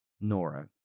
Nora